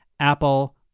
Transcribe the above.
Apple